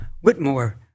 Whitmore